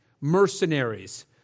Mercenaries